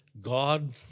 God